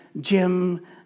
gym